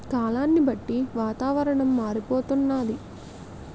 కాలాన్ని బట్టి వాతావరణం మారిపోతన్నాది